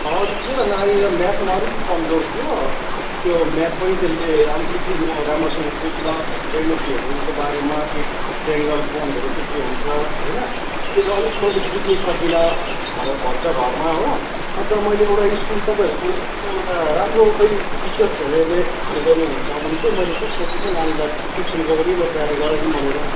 हजुर के त नानी म्याथ्समा अलिकति कमजोर थियो त्यो म्याथ पनि त्यसले अलिकति म राम्रोसँग बुझ्दिनँ त्यस्तो ज्योमेट्रीहरूको बारेमा के ट्रेङ्गल कोणहरू के के हुन्छ होइन त्यो चाहिँ अलिक मैले बुझ्नुसकिनँ भनेर भन्छ घरमा हो अन्त मैले एउटा स्कुल तपाईँहरूको स्कुलको एउटा राम्रो कोही टिचर्सहरूले ट्युसन गर्नुहुन्छ भने त्यो मैले यसो सोचेको थिएँ नानीलाई ट्युसनको पनि म तयारी गराइदिउँ भनेर